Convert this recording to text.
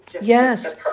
yes